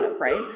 right